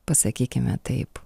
pasakykime taip